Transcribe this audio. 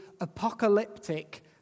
apocalyptic